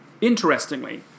Interestingly